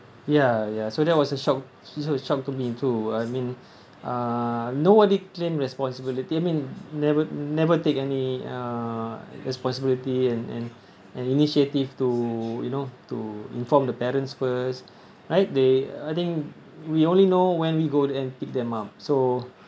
ya ya so that was a shock also a shock to me too I mean uh nobody claimed responsibility I mean never never take any uh responsibility and and and initiative to you know to inform the parents first right they I think we only know when we go and pick them up so